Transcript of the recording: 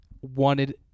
Wanted